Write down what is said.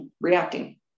reacting